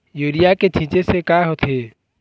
Urea के छींचे से का होथे?